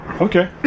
Okay